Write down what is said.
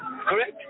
Correct